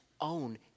own